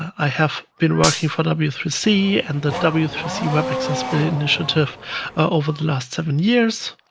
i have been working for w three c and the w three c web accessibility initiative over the last seven years,